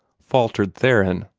faltered theron.